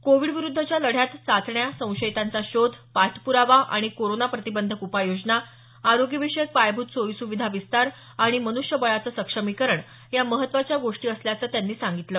Covid विरुद्धच्या लढ्यात चाचण्या संशयितांचा शोध पाठप्रावा आणि कोरोना प्रतिबंधक उपाययोजना आरोग्यविषयक पायाभूत सोयीसुविधा विस्तार आणि मन्ष्यबळाचं सक्षमीकरण या महत्वाच्या गोष्टी असल्याचं त्यांनी सांगितलं